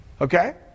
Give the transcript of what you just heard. Okay